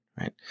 Right